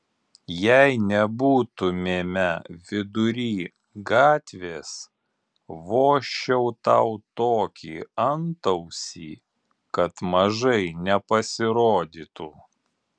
jei nebūtumėme vidury gatvės vožčiau tau tokį antausį kad mažai nepasirodytų